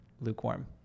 lukewarm